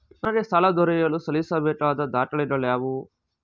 ನನಗೆ ಸಾಲ ದೊರೆಯಲು ಸಲ್ಲಿಸಬೇಕಾದ ದಾಖಲೆಗಳಾವವು?